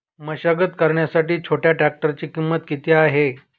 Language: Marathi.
मशागत करण्यासाठी छोट्या ट्रॅक्टरची किंमत किती आहे?